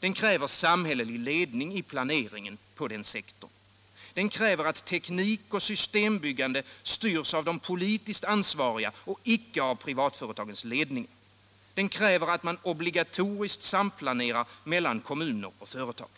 Den kräver samhällelig ledning i planeringen på den sektorn. Den kräver att teknik och systembyggande styrs av de politiskt ansvariga, inte av privatföretagens ledningar. Den kräver att man obligatoriskt samplanerar mellan kommuner och företag.